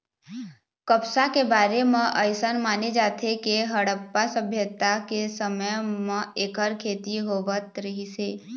कपसा के बारे म अइसन माने जाथे के हड़प्पा सभ्यता के समे म एखर खेती होवत रहिस हे